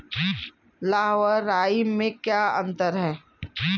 लाह व राई में क्या अंतर है?